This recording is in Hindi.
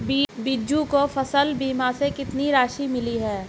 बीजू को फसल बीमा से कितनी राशि मिली है?